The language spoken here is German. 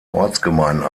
ortsgemeinden